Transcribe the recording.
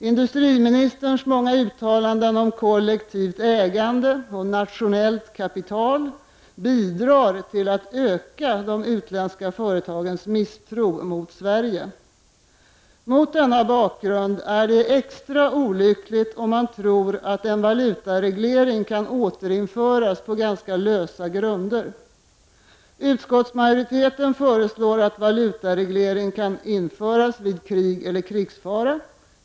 Industriministerns många uttalanden om kollektivt ägande och nationellt kapital bidrar till att öka de utländska företagens misstro mot Sverige. Mot denna bakgrund är det extra olyckligt om man tror att en valutareglering kan återinföras på ganska lösa grunder. Utskottsmajoriteten föreslår att valutareglering kan införas vid krig eller krigsfara.